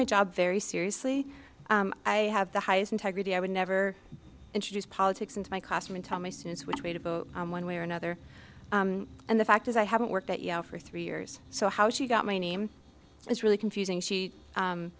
my job very seriously i have the highest integrity i would never introduced politics into my classroom and told my students which way to vote one way or another and the fact is i haven't worked at yale for three years so how she got my name is really confusing she u